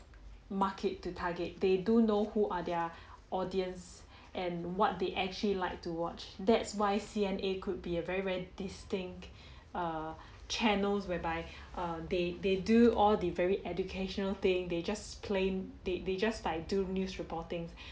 market to target they do know who are their audience and what they actually like to watch that's why C_N_A could be a very very distinct err channels whereby they they do all the very educational thing they just claim they they just like do news reporting